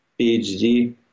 PhD